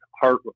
heart